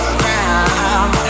ground